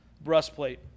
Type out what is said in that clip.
Breastplate